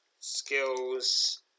skills